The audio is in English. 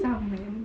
some men